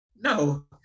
No